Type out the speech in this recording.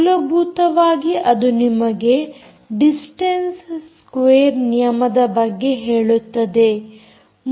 ಮೂಲಭೂತವಾಗಿ ಅದು ನಿಮಗೆ ಡಿಸ್ಟೆನ್ಸ್ ಸ್ಕ್ವೇರ್ ನಿಯಮದ ಬಗ್ಗೆ ಹೇಳುತ್ತದೆ